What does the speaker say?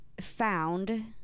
found